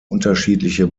unterschiedliche